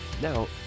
Now